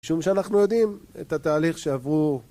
משום שאנחנו יודעים את התהליך שעברו...